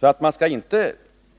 Man skall alltså inte